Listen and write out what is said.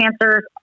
cancers